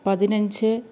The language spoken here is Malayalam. പതിനഞ്ച്